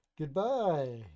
Goodbye